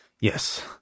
Yes